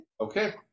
okay